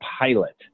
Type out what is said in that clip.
pilot